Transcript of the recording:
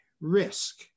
risk